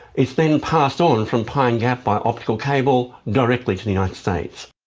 it's then passed on from pine gap by optical cable, directly to the united states.